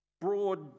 broad